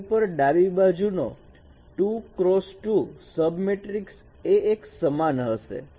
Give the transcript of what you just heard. તે ઉપર ડાબી બાજુ નો 2 x 2 સબમેટ્રિક એ 1 ને સમાન હશે